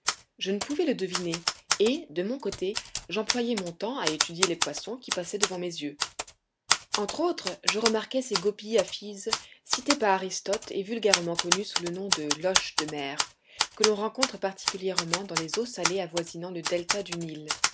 je ne pouvais le deviner et de mon côté j'employai mon temps à étudier les poissons qui passaient devant mes yeux entre autres je remarquai ces gobies aphyses citées par aristote et vulgairement connues sous le nom de loches de mer que l'on rencontre particulièrement dans les eaux salées avoisinant le delta du nil